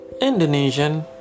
indonesian